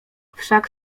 wszak